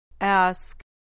Ask